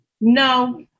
No